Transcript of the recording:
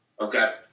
Okay